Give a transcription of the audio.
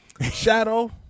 shadow